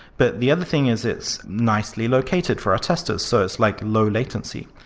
but the other thing is it's nicely located for our testers, so it's like low latency.